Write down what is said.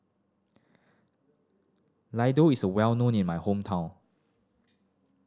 laddu is well known in my hometown